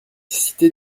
cité